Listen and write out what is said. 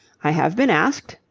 i have been asked,